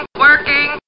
working